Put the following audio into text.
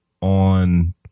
on